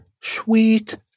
sweet